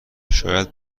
شاید